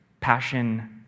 Passion